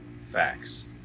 Facts